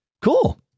Cool